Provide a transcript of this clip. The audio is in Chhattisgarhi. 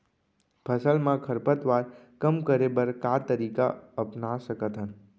फसल मा खरपतवार कम करे बर का तरीका अपना सकत हन?